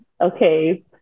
okay